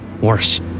worse